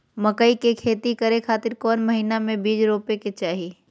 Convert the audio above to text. मकई के खेती करें खातिर कौन महीना में बीज रोपे के चाही?